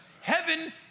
Heaven